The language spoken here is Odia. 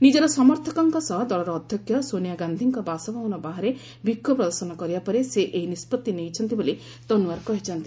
ନିଜର ସମର୍ଥକଙ୍କ ସହ ଦଳର ଅଧ୍ୟକ୍ଷ ସୋନିଆ ଗାନ୍ଧିଙ୍କ ବାସଭବନ ବାହାରେ ବିକ୍ଷୋଭ ପ୍ରଦର୍ଶନ କରିବା ପରେ ସେ ଏହି ନିଷ୍ପଭି ନେଇଛନ୍ତି ବୋଲି ତନ୍ୱାର୍ କହିଚ୍ଛନ୍ତି